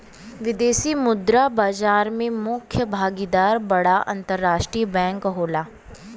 विदेशी मुद्रा बाजार में मुख्य भागीदार बड़ा अंतरराष्ट्रीय बैंक होला